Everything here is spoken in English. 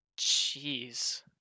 jeez